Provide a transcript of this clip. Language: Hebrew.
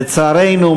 לצערנו,